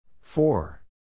four